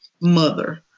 mother